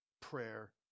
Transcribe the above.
prayer